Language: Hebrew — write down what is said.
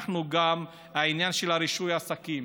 גם העניין של רישוי עסקים: